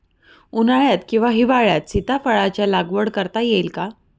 उन्हाळ्यात किंवा हिवाळ्यात सीताफळाच्या लागवड करता येईल का?